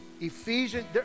ephesians